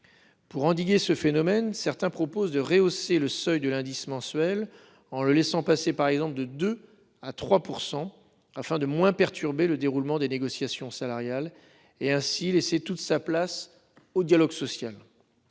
Pour endiguer le phénomène, certains proposent de rehausser le seuil de l'indice mensuel à 3 % par exemple, afin de moins perturber le déroulement des négociations salariales et ainsi de laisser toute sa place au dialogue social.